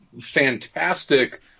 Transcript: fantastic